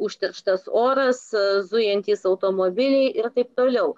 užterštas oras zujantys automobiliai ir taip toliau